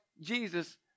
Jesus